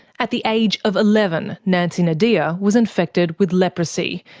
at the age of eleven, nancy nodea was infected with leprosy.